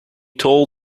told